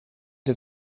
der